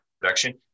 production